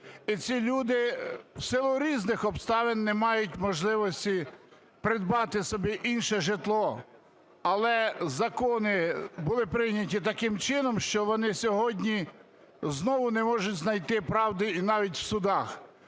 і ці люди в силу різних обставин не мають можливості придбати собі інше житло. Але закони були прийняті таким чином, що вони сьогодні знову не можуть знайти правди навіть в судах.